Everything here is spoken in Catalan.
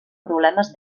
problemes